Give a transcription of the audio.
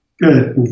Good